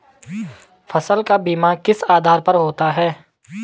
फसल का बीमा किस आधार पर होता है?